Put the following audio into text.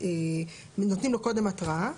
נותנים לו קודם התראה.